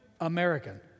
American